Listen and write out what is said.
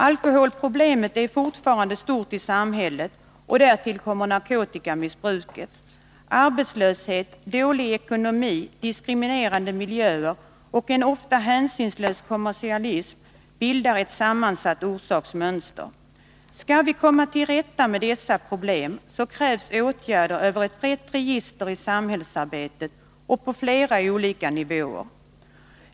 Alkoholproblemet är fortfarande stort i samhället, och därtill kommer narkotikamissbruket. Arbetslöshet, dålig ekonomi, diskriminerande miljöer och en ofta hänsynslös kommersialism bildar ett sammansatt orsaksmönster. Skall vi komma till rätta med dessa problem krävs åtgärder över ett brett register i samhällsarbetet och på flera olika nivåer.